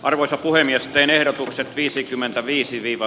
arvoisa puhemies teen ehdotuksen viisikymmentäviisi viiva